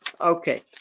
Okay